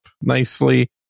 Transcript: nicely